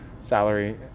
salary